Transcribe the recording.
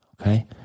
Okay